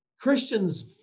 Christians